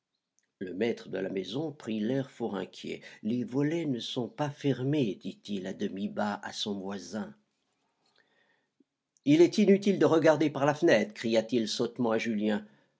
le maître de la maison prit l'air fort inquiet les volets ne sont pas fermés dit-il à demi bas à son voisin il est inutile de regarder par la fenêtre cria-t-il sottement à julien